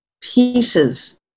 pieces